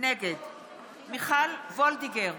נגד מיכל וולדיגר,